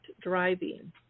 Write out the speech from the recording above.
driving